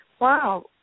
wow